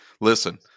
listen